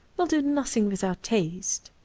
will do nothing without taste,